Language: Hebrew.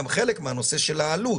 במקום.